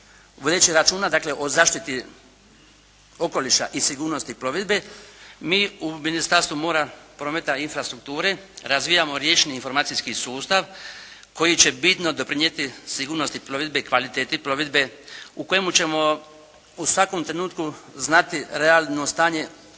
vodeći računa dakle, o zaštiti okoliša i sigurnost plovidbe, mi u Ministarstvu mora, prometa i infrastrukture razvijamo riječni informacijski sustav koji će bitno doprinijeti sigurnosti plovidbe i kvaliteti plovidbe, u kojemu ćemo u svakom trenutku znati realno stanje